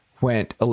went